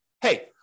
hey